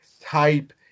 type